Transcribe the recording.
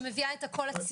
שבודקת.